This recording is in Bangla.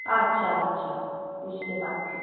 আচ্ছা আচ্ছা বুঝতে পারছি